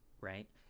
Right